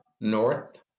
north